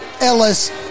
Ellis